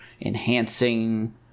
enhancing